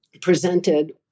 presented